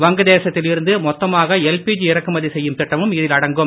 வங்க தேசத்தில் இருந்து மொத்தமாக எல்பிஜி இறக்குமதி செய்யும் திட்டமும் இதில் அடங்கும்